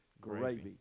Gravy